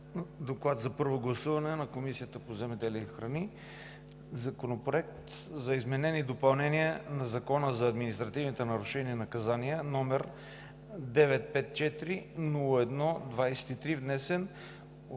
„ДОКЛАД за първо гласуване на Комисията по земеделието и храните относно Законопроект за изменение и допълнение на Закона за административните нарушения и наказания, № 954-01-23, внесен от